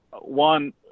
One